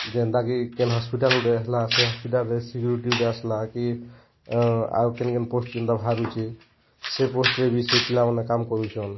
ଯେନ୍ତାକି କେନ୍ ହସ୍ପିଟାଲ୍ ଗୁଟେ ହେଲା ସେ ହସ୍ପିଟାଲ୍ରେ ସିକ୍ୟୁରିଟି ଗୁଟେ ଆସିଲା କି ଆଉ କିନ୍ କିନ୍ ପୋଷ୍ଟ ଯେନ୍ତା ବାହାରୁଛି ସେଇ ପୋଷ୍ଟରେ ବି ସେଇ ପିଲାମାନେ କାମ୍ କରୁଛନ୍